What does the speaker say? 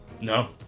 No